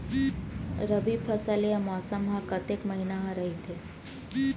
रबि फसल या मौसम हा कतेक महिना हा रहिथे?